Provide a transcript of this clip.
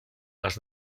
las